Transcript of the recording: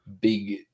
big